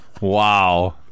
Wow